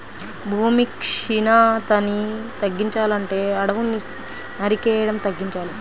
భూమి క్షీణతని తగ్గించాలంటే అడువుల్ని నరికేయడం తగ్గించాలి